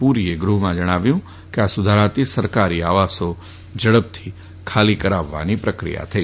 પુરીએ ગૃહમાં જણાવ્યું કે આ સુધારાથી સરકારી આવાસો ઝડપથી ખાલી કરાવવા પ્રક્રિયા થશે